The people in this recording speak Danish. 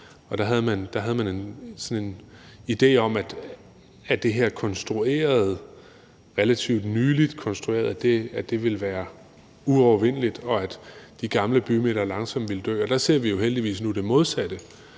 der havde man sådan en idé om, at det her relativt nyligt konstruerede ville være uovervindeligt, og at de gamle bymidter langsomt ville dø. Der ser vi jo heldigvis nu det modsatte: